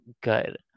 good